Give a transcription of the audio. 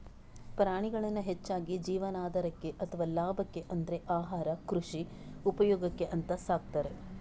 ಪ್ರಾಣಿಗಳನ್ನ ಹೆಚ್ಚಾಗಿ ಜೀವನಾಧಾರಕ್ಕೆ ಅಥವಾ ಲಾಭಕ್ಕೆ ಅಂದ್ರೆ ಆಹಾರ, ಕೃಷಿ ಉಪಯೋಗಕ್ಕೆ ಅಂತ ಸಾಕ್ತಾರೆ